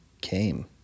came